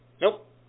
Nope